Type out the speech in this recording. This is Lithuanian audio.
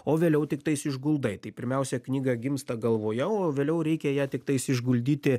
o vėliau tiktais išguldai tai pirmiausia knyga gimsta galvoje o vėliau reikia ją tiktais išguldyti